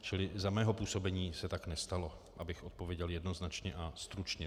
Čili za mého působení se tak nestalo, abych odpověděl jednoznačně a stručně.